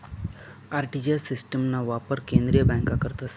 RTGS सिस्टिमना वापर केंद्रीय बँका करतस